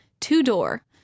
two-door